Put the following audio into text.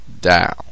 Down